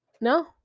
No